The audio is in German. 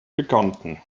bekannten